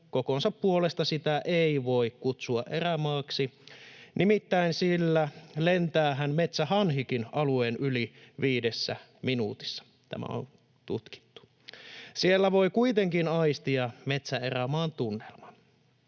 kokonsa puolesta sitä ei voi kutsua erämaaksi, nimittäin lentäähän metsähanhikin alueen yli viidessä minuutissa — tämä on tutkittu. Siellä voi kuitenkin aistia metsäerämaan tunnelman.